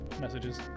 messages